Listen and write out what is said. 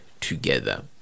together